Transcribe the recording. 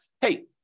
hey